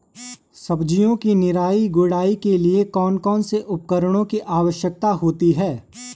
सब्जियों की निराई गुड़ाई के लिए कौन कौन से उपकरणों की आवश्यकता होती है?